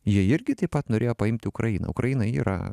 jie irgi taip pat norėjo paimti ukrainą ukraina yra